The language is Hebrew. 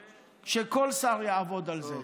שכל שר יעבוד על זה.